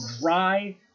dry